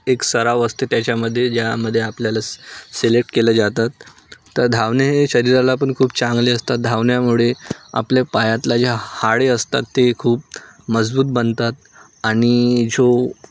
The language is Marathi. एक सराव असते त्याच्यामध्ये ज्यामध्ये आपल्याला स सिलेक्ट केल्या जातात तर धावणे हे शरीराला पण खूप चांगले असतात धावण्यामुळे आपल्या पायातला ज्या हाडे असतात ते खूप मजबूत बनतात आणि जो